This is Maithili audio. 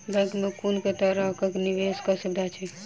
बैंक मे कुन केँ तरहक निवेश कऽ सुविधा अछि?